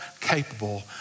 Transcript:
capable